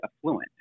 affluent